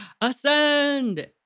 ascend